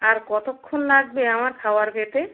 আর কতোক্ষণ লাগবে আমার খাবার পেতে